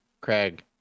Craig